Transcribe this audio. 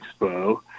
Expo